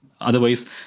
Otherwise